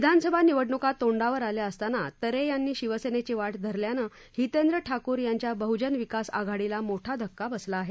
विधानसभा निवडणुका तोंडावर आल्या असताना तरे यांनी शिवसेनेची वाट धरल्यानं हितेंद्र ठाकूर यांच्या बह्जन विकास आघाडीला मोठा धक्का बसला आहे